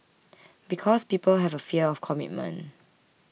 because people have a fear of commitment